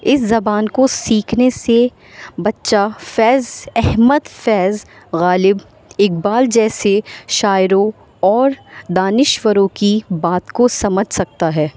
اس زبان کو سیکھنے سے بچہ فیض احمد فیض غالب اقبال جیسے شاعروں اور دانشوروں کی بات کو سمجھ سکتا ہے